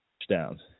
touchdowns